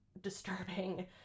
disturbing